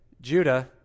Judah